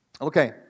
Okay